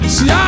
See